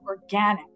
organic